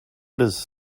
does